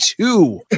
two